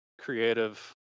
creative